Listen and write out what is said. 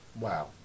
Wow